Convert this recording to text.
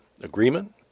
agreement